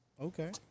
okay